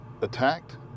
attacked